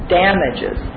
damages